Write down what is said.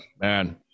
man